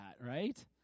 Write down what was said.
right